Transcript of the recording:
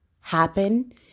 happen